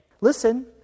listen